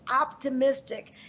optimistic